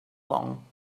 long